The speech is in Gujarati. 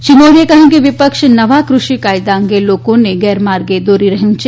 શ્રી મોદીએ કહ્યું કે વિપક્ષ નવા કૃષિ કાયદા અંગે લોકોને ગેરમાર્ગે દોરી રહ્યું છે